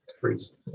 freeze